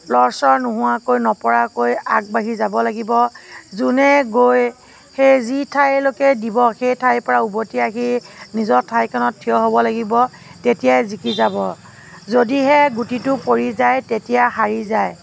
লৰচৰ নোহোৱাকৈ নপৰাকৈ আগবাঢ়ি যাব লাগিব যোনে গৈ সেই যি ঠাইলৈকে দিব সেই ঠাইৰ পৰা উভটি আহি নিজৰ ঠাইকণত থিয় হ'ব লাগিব তেতিয়াই জিকি যাব যদিহে গুটিটো পৰি যায় তেতিয়া হাৰি যায়